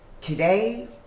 Today